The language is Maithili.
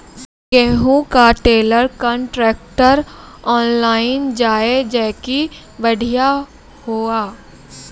गेहूँ का ट्रेलर कांट्रेक्टर ऑनलाइन जाए जैकी बढ़िया हुआ